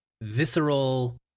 visceral